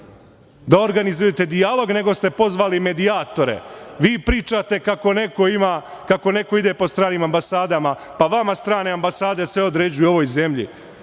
da organizujete dijalog nego ste pozvali medijatore. Vi pričate kako neko ide po stranim ambasadama? Pa, vama strane ambasade sve određuju u ovoj zemlji.